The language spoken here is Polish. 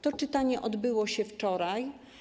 To czytanie odbyło się wczoraj.